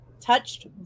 Touched